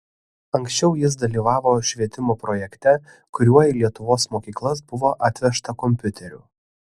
anksčiau jis dalyvavo švietimo projekte kuriuo į lietuvos mokyklas buvo atvežta kompiuterių